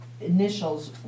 initials